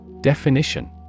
Definition